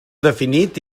definit